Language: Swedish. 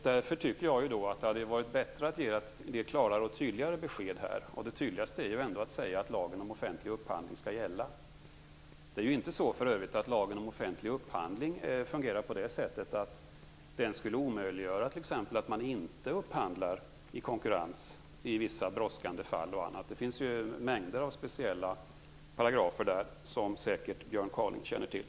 Därför tycker jag att det hade varit bättre att ge klarare och tydligare besked. Det tydligaste är ändå att säga att lagen om offentlig upphandling skall gälla. Det är för övrigt inte så att lagen om offentlig upphandling skulle omöjliggöra att man t.ex. inte upphandlar i konkurrens i vissa brådskande fall och annat. Det finns ju mängder av speciella paragrafer, som Björn Kaaling säkert känner till.